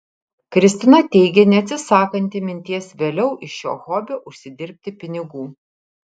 kristina teigė neatsisakanti minties vėliau iš šio hobio užsidirbti pinigų